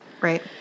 Right